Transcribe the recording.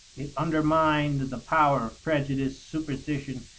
it undermined the power of prejudice, superstition,